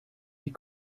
die